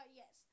yes